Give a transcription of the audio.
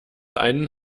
einen